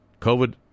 COVID